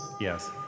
Yes